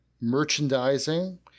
merchandising